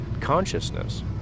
consciousness